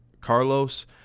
Carlos